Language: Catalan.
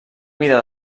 vida